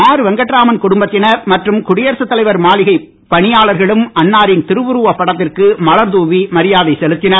R Venkataraman குடும்பத்தினர் மற்றும் குடியரசு தலைவர் மாளிகைப் பணியாளர்களும் அன்னாரின் திருவுருவப் படத்திற்கு மலர் தூவி மரியாதை செலுத்தினார்